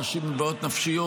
אנשים עם בעיות נפשיות.